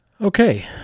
Okay